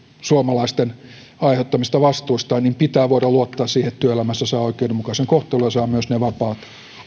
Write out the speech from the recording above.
suomalaisten aiheuttamista vastuista niin pitää voida luottaa siihen että työelämässä saa oikeudenmukaisen kohtelun ja saa myös ne vapaat